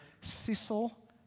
Cecil